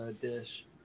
dish